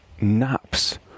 naps